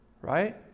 Right